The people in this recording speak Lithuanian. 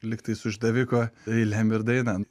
lyg tai su išdaviko eilėm ir daina